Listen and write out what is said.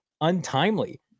untimely